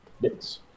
Yes